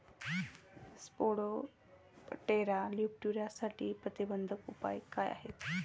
Spodoptera लिट्युरासाठीचे प्रतिबंधात्मक उपाय काय आहेत?